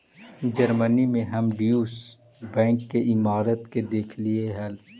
Germany में हम Deutsche bank के इमारत के देखलीअई हल